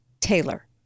Taylor